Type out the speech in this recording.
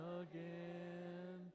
again